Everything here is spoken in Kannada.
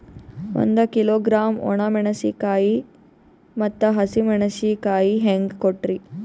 ಒಂದ ಕಿಲೋಗ್ರಾಂ, ಒಣ ಮೇಣಶೀಕಾಯಿ ಮತ್ತ ಹಸಿ ಮೇಣಶೀಕಾಯಿ ಹೆಂಗ ಕೊಟ್ರಿ?